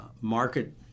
market